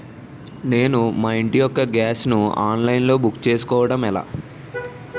నేను మా ఇంటి యెక్క గ్యాస్ ను ఆన్లైన్ లో బుక్ చేసుకోవడం ఎలా?